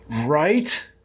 Right